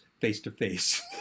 face-to-face